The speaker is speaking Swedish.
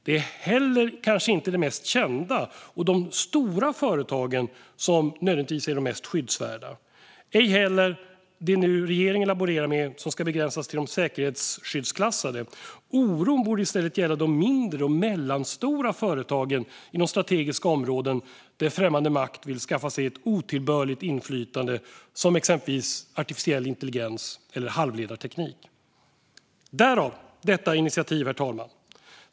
Det är kanske inte heller de mest kända, stora företagen som nödvändigtvis är de mest skyddsvärda, ej heller det som regeringen nu laborerar med: att det ska begränsas till de säkerhetsskyddsklassade. Oron borde i stället gälla de mindre och mellanstora företagen inom strategiska områden, exempelvis artificiell intelligens eller halvledarteknik, där främmande makt vill skaffa sig ett otillbörligt inflytande. Därför tar vi detta initiativ.